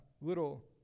little